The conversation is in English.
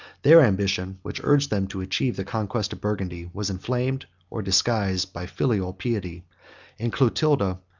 their ambition, which urged them to achieve the conquest of burgundy, was inflamed, or disguised, by filial piety and clotilda,